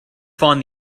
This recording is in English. find